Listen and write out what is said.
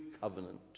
covenant